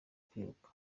kwiruka